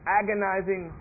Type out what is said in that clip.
agonizing